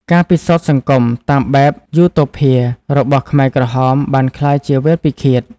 ការពិសោធន៍សង្គមតាមបែបយូតូភា របស់ខ្មែរក្រហមបានក្លាយជាវាលពិឃាត។